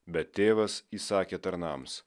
bet tėvas įsakė tarnams